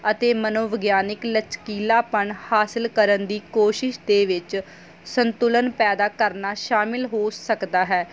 ਅਤੇ ਮਨੋਵਿਗਿਆਨਿਕ ਲਚਕੀਲਾਪਣ ਹਾਸਿਲ ਕਰਨ ਦੀ ਕੋਸ਼ਿਸ਼ ਦੇ ਵਿੱਚ ਸੰਤੁਲਨ ਪੈਦਾ ਕਰਨਾ ਸ਼ਾਮਿਲ ਹੋ ਸਕਦਾ ਹੈ